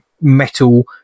metal